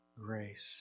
Grace